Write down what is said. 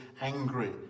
angry